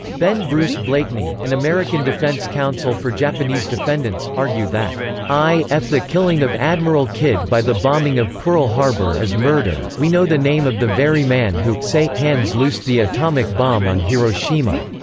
ben bruce blakeney, an american defense counsel for japanese defendants, argued that i f the killing of admiral kidd by the bombing of pearl harbor is murder, we know the name of the very man who se hands loosed the atomic bomb on hiroshima,